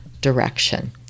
direction